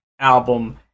album